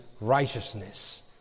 righteousness